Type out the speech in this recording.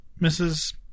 Mrs